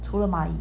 除了买